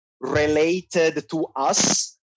related-to-us